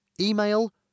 Email